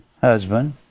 Husband